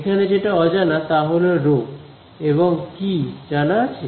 এখানে যেটা অজানা তাহল রো এবং কি জানা আছে